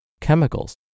chemicals